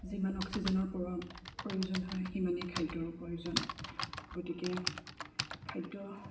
যিমান অক্সিজেনৰ প্ৰ প্ৰয়োজন হয় সিমানেই খাদ্যৰো প্ৰয়োজন গতিকে খাদ্য